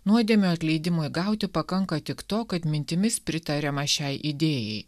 nuodėmių atleidimui gauti pakanka tik to kad mintimis pritariama šiai idėjai